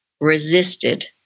resisted